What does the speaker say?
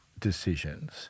decisions